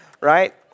Right